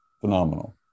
Phenomenal